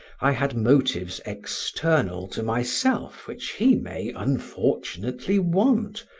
i had motives external to myself which he may unfortunately want,